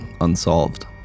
unsolved